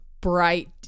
bright